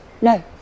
no